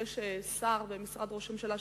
יש שר במשרד ראש הממשלה,